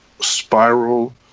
spiral